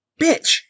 Bitch